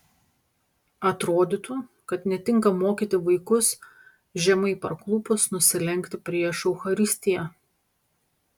atrodytų kad netinka mokyti vaikus žemai parklupus nusilenkti prieš eucharistiją